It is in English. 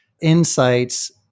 insights